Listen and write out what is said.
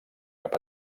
cap